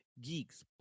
geeks